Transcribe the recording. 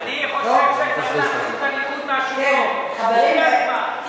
אני חושב שצריך, חברת הכנסת רגב, את